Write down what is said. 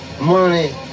Money